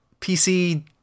PC